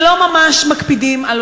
שלא ממש מקפידים על